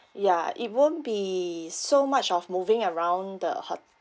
a it won't be so much of moving around the hot~